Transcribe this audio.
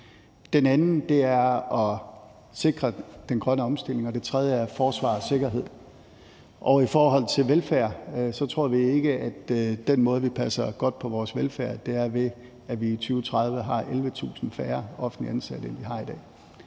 Den anden er at sikre den grønne omstilling. Og den tredje er forsvar og sikkerhed. I forhold til velfærd tror vi ikke, at den måde, vi passer godt på vores velfærd på, er ved, at vi i 2030 har 11.000 færre offentligt ansatte, end vi har i dag.